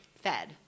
fed